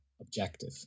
objective